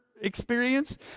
experience